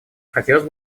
хотелось